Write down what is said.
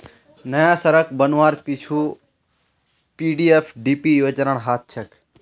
नया सड़क बनवार पीछू पीएफडीपी योजनार हाथ छेक